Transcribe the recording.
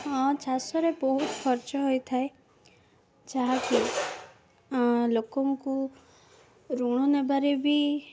ହଁ ଚାଷରେ ବହୁତ ଖର୍ଚ୍ଚ ହୋଇଥାଏ ଯାହାକି ଲୋକଙ୍କୁ ଋଣ ନେବାରେ ବି